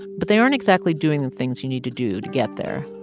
but they aren't exactly doing the things you need to do to get there.